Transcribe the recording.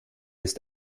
ist